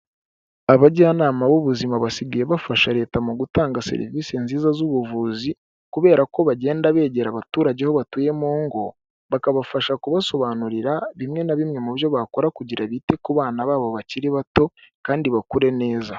Abajyanama b'ubuzima basigaye bafasha leta mu gutanga serivisi nziza z'ubuvuzi, kubera ko bagenda begera abaturage aho batuye mu ngo, bakabafasha kubasobanurira bimwe na bimwe mu byo bakora kugira bite ku bana babo bakiri bato kandi bakure neza.